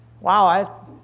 Wow